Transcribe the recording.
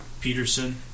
Peterson